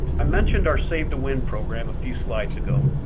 i mentioned our save to win program a few slides ago.